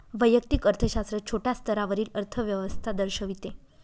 वैयक्तिक अर्थशास्त्र छोट्या स्तरावरील अर्थव्यवस्था दर्शविते